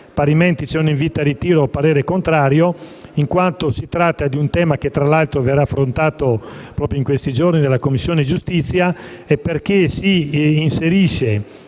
parimenti c'è un invito al ritiro o l'espressione di un parere contrario, in quanto si tratta di un tema che verrà affrontato proprio in questi giorni dalla Commissione giustizia e perché si inserisce